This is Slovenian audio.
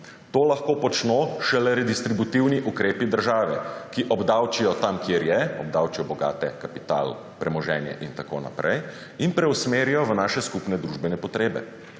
To lahko počno šele redistributivni ukrepi države, ki obdavčijo tam, kjer je, obdavčijo bogate, kapital, premoženje in tako naprej in preusmerijo v naše skupne družbene potrebe: